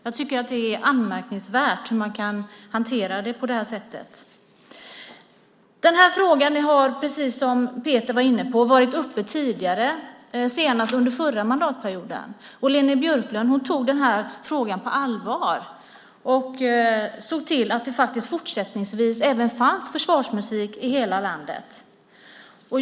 Jag tycker att det är anmärkningsvärt att man kan hantera frågorna på det sättet. Den här frågan har, precis som Peter var inne på, varit uppe tidigare, senast under förra mandatperioden. Leni Björklund tog den här frågan på allvar och såg till att det faktiskt fortsättningsvis fanns försvarsmusik i hela landet.